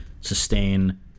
sustain